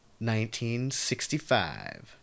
1965